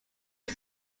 his